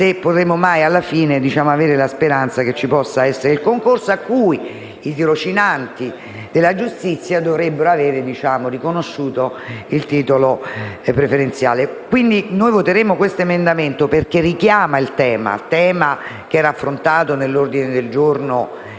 potremmo mai avere la speranza che ci possa essere il concorso, per il quale i tirocinanti della giustizia dovrebbero vedersi riconosciuto il titolo preferenziale. Quindi, noi voteremo questo emendamento perché richiama il tema affrontato nell'ordine del giorno che